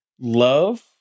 love